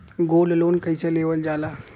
Gold loan कईसे लेवल जा ला?